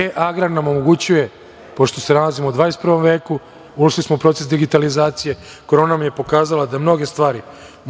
E agrar nam omogućava, pošto se nalazimo u 21. veku, ušli smo u proces digitalizacije, korona nam je pokazala da mnoge stvari